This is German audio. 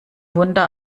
wunder